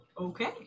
okay